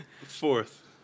Fourth